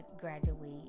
graduate